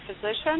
physician